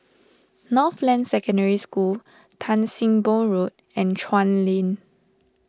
Northland Secondary School Tan Sim Boh Road and Chuan Lane